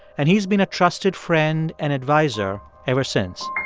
and he's been a trusted friend and adviser ever since.